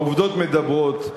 העובדות מדברות.